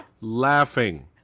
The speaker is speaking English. laughing